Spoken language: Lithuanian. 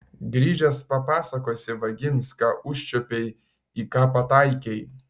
grįžęs papasakosi vagims ką užčiuopei į ką pataikei